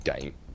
game